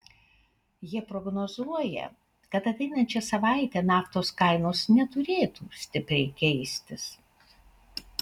jie prognozuoja kad ateinančią savaitę naftos kainos neturėtų stipriai keistis